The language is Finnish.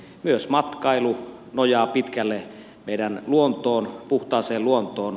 myös matkailu nojaa pitkälle meidän luontoon puhtaaseen luontoon